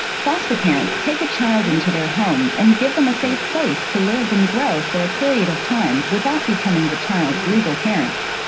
foster parents take a child into their home, and give them a safe place to live and grow for a period of time without becoming the child's legal parents.